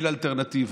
אין אלטרנטיבה,